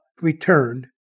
returned